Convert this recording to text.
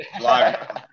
Live